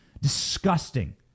disgusting